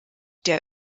der